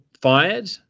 fired